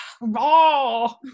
raw